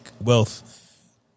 wealth